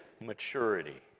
maturity